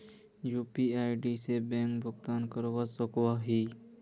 UPI से bank भुगतान करवा सकोहो ही?